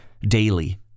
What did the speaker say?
daily